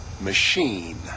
machine